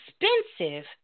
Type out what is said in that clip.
expensive